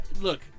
look